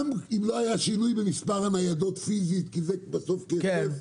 גם אם לא היה שינוי במספר הניידות פיזית כי זה בסוף כסף,